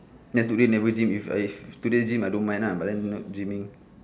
ya today never gym if I today gym I don't mind lah but then not gyming